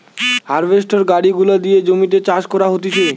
harvester গাড়ি গুলা দিয়ে জমিতে চাষ করা হতিছে